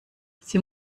sie